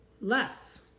less